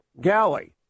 Galley